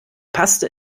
paste